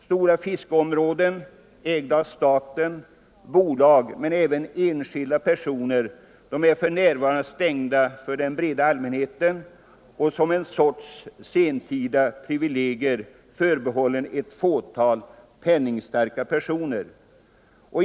Stora fiskeområden, ägda av staten, bolag och enskilda personer, är för närvarande stängda för den breda allmänheten och som en sorts sentida privilegier förbehållna ett fåtal penningstarka personer.